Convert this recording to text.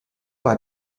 war